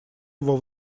его